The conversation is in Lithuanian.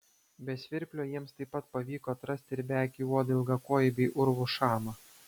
be svirplio jiems taip pat pavyko atrasti ir beakį uodą ilgakojį bei urvų šamą